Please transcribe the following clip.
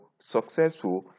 successful